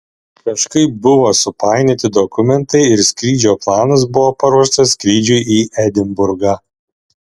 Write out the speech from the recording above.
kažkaip buvo supainioti dokumentai ir skrydžio planas buvo paruoštas skrydžiui į edinburgą